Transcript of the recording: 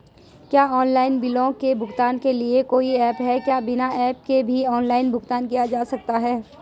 क्या ऑनलाइन बिलों के भुगतान के लिए कोई ऐप है क्या बिना ऐप के भी ऑनलाइन भुगतान किया जा सकता है?